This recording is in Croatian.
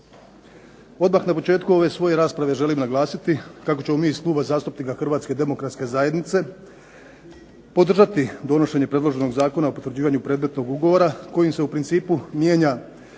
Odmah na početku ove svoje rasprave želim naglasiti kako ćemo mi iz Kluba zastupnika Hrvatske demokratske zajednice podržati donošenje predloženog zakona o potvrđivanju predmetnog ugovora kojim se u principu mijenja